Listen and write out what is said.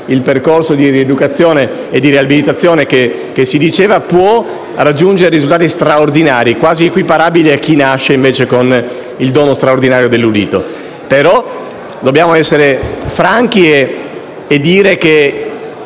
il percorso di rieducazione e riabilitazione può raggiungere risultati straordinari, quasi equiparabili a chi nasce con il dono straordinario dell'udito. Dobbiamo però essere franchi e dire che,